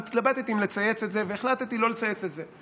אני התלבטתי אם לצייץ את זה והחלטתי לא לצייץ את זה,